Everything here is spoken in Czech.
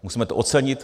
Musíme to ocenit.